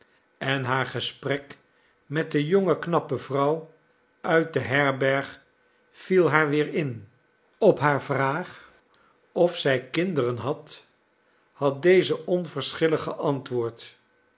en haar gesprek met de jonge knappe vrouw uit de herberg viel haar weer in op haar vraag of zij kinderen had had deze onverschillig geantwoord